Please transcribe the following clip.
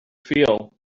feel